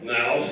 Now